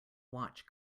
watch